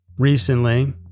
Recently